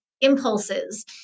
impulses